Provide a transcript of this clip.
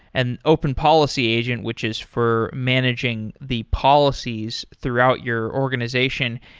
and open policy agent, which is for managing the policies throughout your organization.